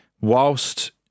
whilst